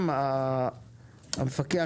המפקח